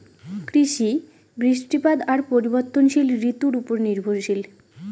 কৃষি, বৃষ্টিপাত আর পরিবর্তনশীল ঋতুর উপর নির্ভরশীল